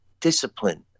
discipline